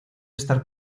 estar